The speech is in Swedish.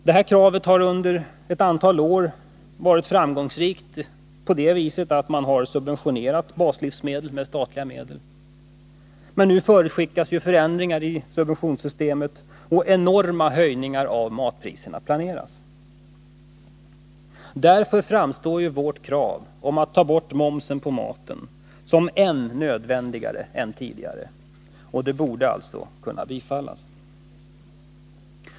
Detta krav har under ett antal år varit framgångsrikt på det viset att man subventionerat baslivsmedel med statliga medel. Men nu förutskickas ju förändringar i subventionssystemet, och enorma höjningar av matpriserna planeras. Därför framstår vårt krav att ta bort momsen på maten som ännu nödvändigare än tidigare, och det borde alltså kunna bifallas.